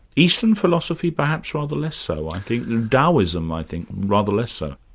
eastern philosophy perhaps rather less so i think, taoism i think rather less so.